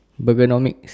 Burgernomics